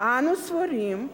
אנו סבורים",